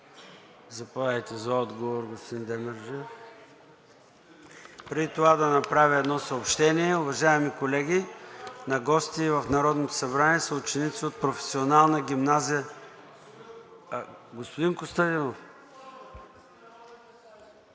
Заповядайте за отговор, господин Демерджиев. Преди това да направя едно съобщение. Уважаеми колеги, на гости в Народното събрание са ученици от Професионална гимназия… (Реплики от